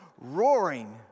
roaring